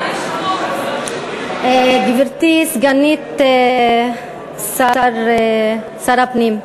גברתי סגנית שר הפנים,